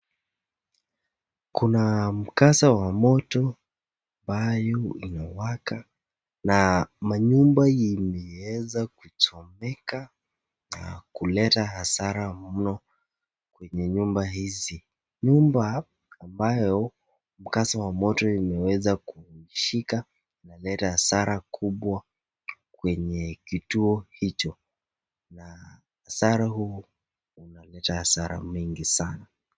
Kuna mkasa wa moto ambayo umewaka na manyumba imeweza kuchomeka na kuleta hasara mno kwa nyumba hizi. Nyumba ambayo mkasa wa moto umeweza kushika na kuleta hasara kubwa kwenye kituo hicho. Hasara huu ni cha hasara mengi sana.